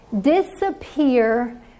disappear